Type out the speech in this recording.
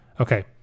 okay